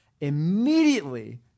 immediately